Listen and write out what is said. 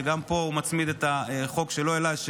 שגם פה הוא מצמיד את החוק שלו אליי,